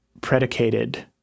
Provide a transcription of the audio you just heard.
predicated